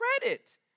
credit